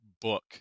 book